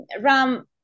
Ram